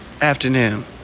afternoon